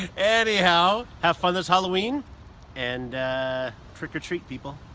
anyhow have fun this halloween and trick-or-treat people